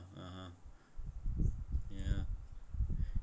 (uh huh) ya